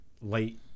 light